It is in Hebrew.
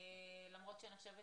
למרות שאני חושבת